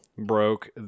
broke